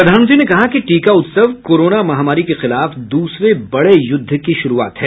प्रधानमंत्री ने कहा कि टीका उत्सव कोरोना महामारी के खिलाफ दूसरे बडे युद्ध की शुरूआत है